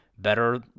better